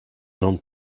non